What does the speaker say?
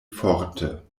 forte